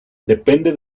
depende